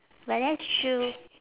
but that's true